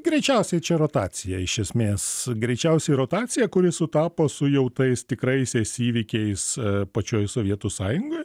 greičiausiai čia rotacija iš esmės greičiausiai rotacija kuri sutapo su jau tais tikraisiais įvykiais pačioj sovietų sąjungoj